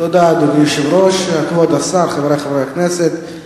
אדוני היושב-ראש, תודה,